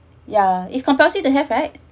yeah is compulsory to have right